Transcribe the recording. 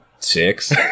Six